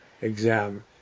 exam